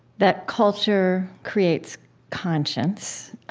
that culture creates conscience,